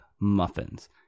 muffins